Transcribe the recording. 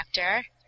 actor